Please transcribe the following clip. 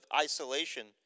isolation